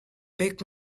pick